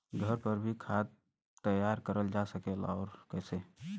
घर पर भी खाद तैयार करल जा सकेला और कैसे?